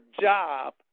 job